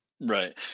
Right